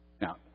Now